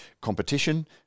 competition